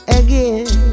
again